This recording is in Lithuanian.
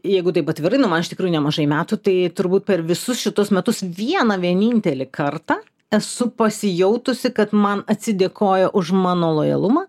jeigu taip atvirai nu man iš tikrųjų nemažai metų tai turbūt per visus šituos metus vieną vienintelį kartą esu pasijautusi kad man atsidėkoja už mano lojalumą